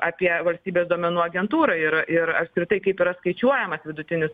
apie valstybės duomenų agentūrą ir ir apskritai kaip yra skaičiuojamas vidutinis